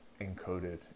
encoded